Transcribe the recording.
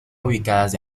ubicadas